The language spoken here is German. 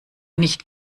nicht